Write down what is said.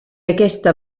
aquesta